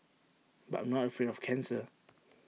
but I'm not afraid of cancer